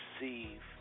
receive